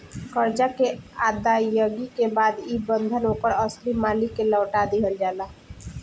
करजा के अदायगी के बाद ई बंधन ओकर असली मालिक के लौटा दिहल जाला